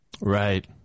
Right